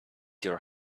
your